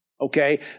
Okay